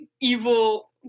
evil